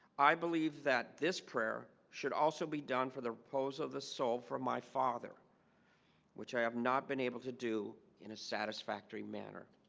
i believe that this prayer should also be done for the repose of the soul for my father which i have not been able to do in a satisfactory manner